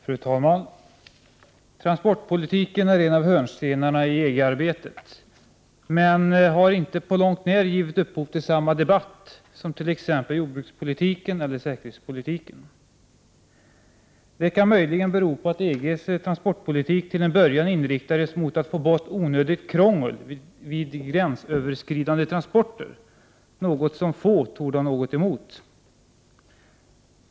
Fru talman! Transportpolitiken är en av hörnstenarna i EG-arbetet, men den har inte på långt när givit upphov till samma debatt som t.ex. jordbrukspolitiken eller säkerhetspolitiken. Det kan möjligen bero på att EG:s transportpolitik till en början inriktades mot att få bort onödigt krångel vid gränsöverskridande transporter, vilket är något som få torde ha något emot.